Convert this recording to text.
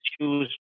choose